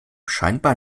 scheinbar